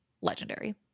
legendary